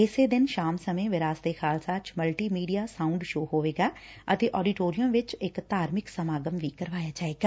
ਇਸੇ ਦਿਨ ਸ਼ਾਮ ਸਮੇਂ ਵਿਰਾਸਤ ਏ ਖਾਲਸਾ ਚ ਮਲਟੀਮੀਡੀਆ ਸਾਊਡ ਸ਼ੋਅ ਹੋਵੇਗਾ ਅਤੇ ਆਡੀਟੋਰੀਅਮ ਵਿਚ ਇਕ ਧਾਰਮਿਕ ਸਾਮਗਮ ਕਰਾਇਆ ਜਾਵੇਗਾ